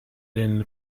den